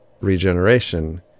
regeneration